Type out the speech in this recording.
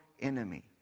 enemy